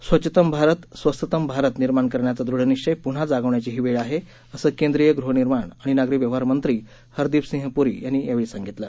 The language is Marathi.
स्वच्छतम भारत स्वस्थतम भारत निर्माण करण्याचा दृढनिश्चय प्न्हा जागवण्याची ही वेळ आहे असं केंद्रीय ग़हनिर्माण आणि नागरी व्यवहार मंत्री हरदीप सिंग प्री यांनी यावेळी सांगितलं